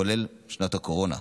כולל בשנת הקורונה.